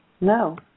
No